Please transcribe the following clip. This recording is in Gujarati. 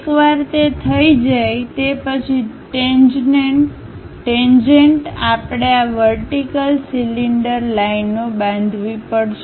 એકવાર તે થઈ જાય તે પછી ટેન્જેન્ટ આપણે આ વર્ટિકલ સિલિન્ડર લાઇનો બાંધવી પડશે